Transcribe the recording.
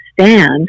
stand